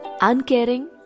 uncaring